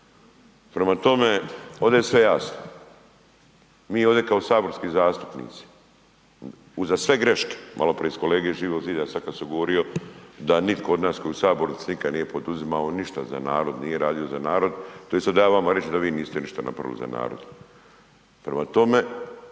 Prema tome, ovdje je sve jasno, mi ovdje kao saborski zastupnici uz sve greške, maloprije su kolege iz Živog zida sada su govorili, da nitko od nas koji je u sabornici nikada nije poduzimao ništa za narod, nije radio za narod, to je sada da ja vama kažem da vi niste ništa napravili za narod. Prema tome,